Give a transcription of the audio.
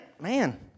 Man